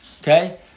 okay